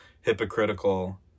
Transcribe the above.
hypocritical